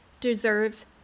deserves